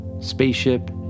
Spaceship